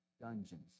dungeons